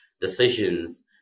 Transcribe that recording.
decisions